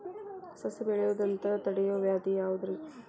ಸಸಿ ಬೆಳೆಯದಂತ ತಡಿಯೋ ವ್ಯಾಧಿ ಯಾವುದು ರಿ?